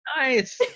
Nice